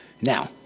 Now